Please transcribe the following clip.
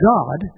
God